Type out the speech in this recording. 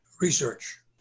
research